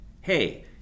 Hey